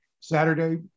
Saturday